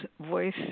voice